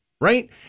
Right